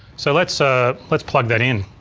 so let's ah let's plug that in.